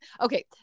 Okay